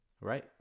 right